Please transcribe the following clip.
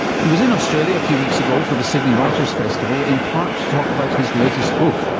he was in australia a few weeks ago for the sydney writers' festival, in part to talk about his latest book,